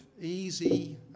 easy